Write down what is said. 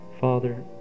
Father